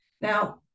Now